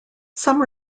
some